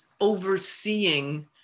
overseeing